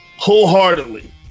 wholeheartedly